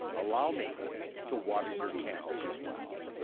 allow me to water your camels as well.